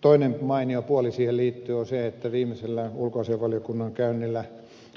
toinen mainio puoli joka siihen liittyy on se että viimeisellä ulkoasiainvaliokunnan käynnillä